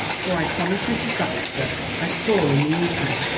for i'd promised mrs. baxter i'd call in the evening.